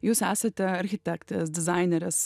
jūs esate architektės dizainerės